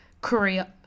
Korea